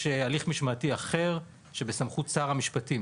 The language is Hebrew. יש הליך משמעתי אחר שנמצא בסמכות של שר המשפטים.